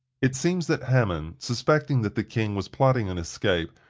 it seems that hammond, suspecting that the king was plotting an escape,